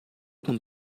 com